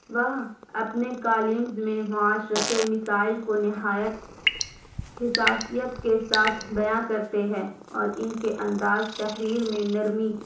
وہ اپنے کالمز میں معاشرتی مسائل کو نہایت حساسیت کے ساتھ بیان کرتے ہیں اور ان کے انداز تحریر میں نرمی